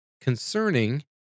concerning